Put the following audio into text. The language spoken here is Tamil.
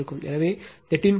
எனவே 13